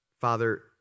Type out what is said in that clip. Father